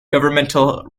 governmental